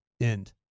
end